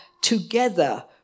together